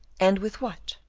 and with what?